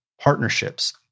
partnerships